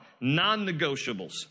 non-negotiables